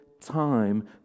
time